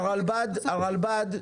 הרלב"ד,